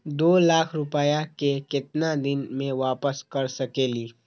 दो लाख रुपया के केतना दिन में वापस कर सकेली?